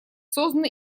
созданы